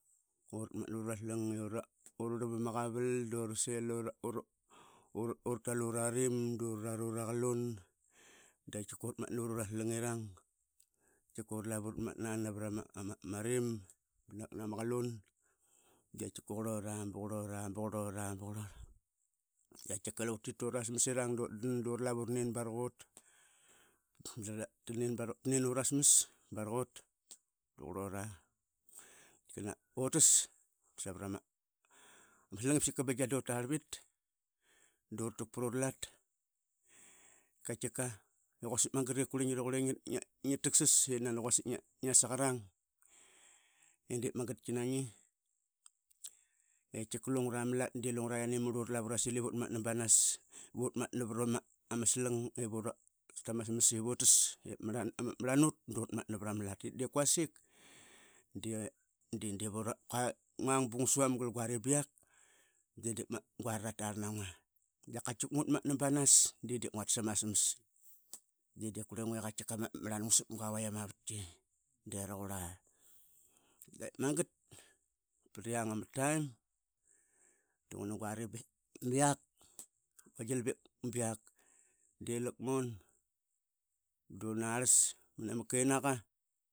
Dudet avit, undet dunukuar bunuquar, unuquar undet dunadatmat nona srlit banganunesing Aguditkmat, ngaudit maniat amesingaiki dunga quartamgi barak gua gilqa. Da qa talki, qa rlutki prama kulirqa da qa tal tki, dunangan ivut dungadit manoniat ip unaqunasim. Dakatkiqa avit yundet dunaqar mara ma kenaqa, undet, bundet, bundet bundet, unangang ivut beviase, ngadit mununuat, bunadaguasa. Unangang ivit, ravit dunuqarb avit mara ma kenaqa avit, tkiqa lua pra ama arangi, unangang ivit bungadit mununiat, bunaratpas a. Avit bavit, bavit, tkika tkika unangan ivit bakarka nguditdit munungial miasevuk, amesingaia ma slurlki. Dip magaat, duguagilqa qasil didip yane, didip ingi. Tal ama qulirka. Ngna sil dakatkika gilara i talngat ingua dinanodet dungua datmati. Namesing tkika avit tkika avit bavit. Nguaditdit mununiate ivunangaritk, dakatkaika iavit bavit anangang ivit, nguditdit mununiatk yase bunangaritk-nganaiyi. Dip magat dunangang ivit, nguditdit mununiatk bunangaritk- nganem. Unangang ivit dakarkar nguditdit mununiatk a angaritk-nganadapguas a.